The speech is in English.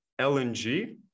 LNG